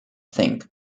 think